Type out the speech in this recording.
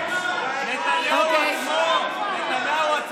די כבר עם ה-53